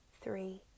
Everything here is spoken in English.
three